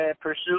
pursue